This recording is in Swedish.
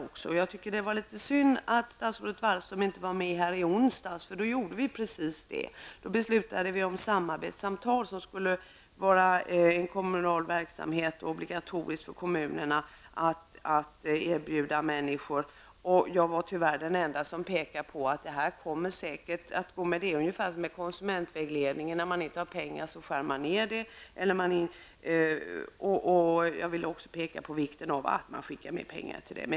Det är synd att statsrådet Margot Wallström inte var med här i onsdags, då vi beslutade om samarbetsavtal, som skulle vara en kommunal verksamhet och som det skulle vara obligatoriskt för kommunerna att erbjuda människor. Jag var, tyvärr, den enda som då pekade på detta förhållande. Det är på samma sätt med konsumentvägledningen: när det inte finns pengar, blir det nedskärningar. Jag vill alltså framhålla att det är viktigt att skicka med pengar i detta avseende.